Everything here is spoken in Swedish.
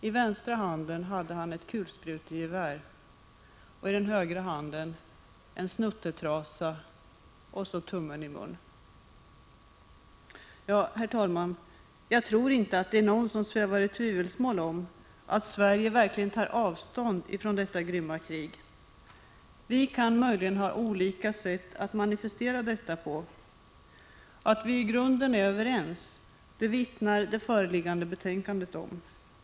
I vänstra handen hade han ett kulsprutegevär, i den högra en snuttetrasa och tummen i munnen. Herr talman! Jag tror inte att någon svävar i tvivelsmål om att Sverige tar avstånd från detta grymma krig. Vi kan möjligen ha olika mening om hur vi skall manifestera detta, men att vi i grunden är överens vittnar det föreliggande betänkandet om.